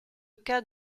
cas